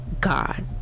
God